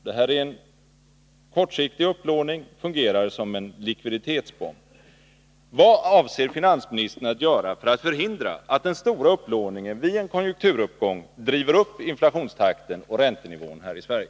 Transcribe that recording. Det här är en kortsiktig upplåning och kan liknas vid en likviditetsbomb. Vad avser finansministern att göra för att förhindra att den stora upplåningen vid en konjunkturuppgång driver upp inflationstakten och räntenivån här i Sverige?